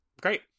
Great